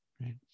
right